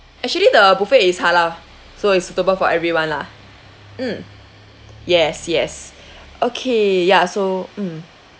actually the buffet is halal so it's suitable for everyone lah mm yes yes okay ya so mm